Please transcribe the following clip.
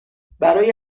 برای